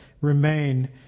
remain